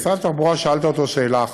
משרד התחבורה, שאלת אותו שאלה אחת: